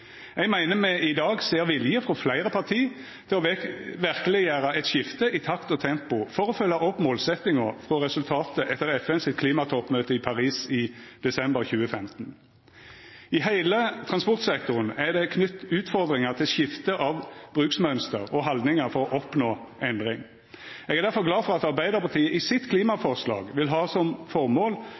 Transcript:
Eg meiner me i dag ser vilje frå fleire parti til å verkeleggjera eit skifte i takt og tempo for å følgja opp målsetjinga frå resultatet etter FN sitt klimatoppmøte i Paris i desember 2015. I heile transportsektoren er det knytt utfordringar til skifte av bruksmønster og haldningar for å oppnå endring. Eg er difor glad for at Arbeidarpartiet i klimaforslaget sitt vil ha som